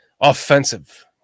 offensive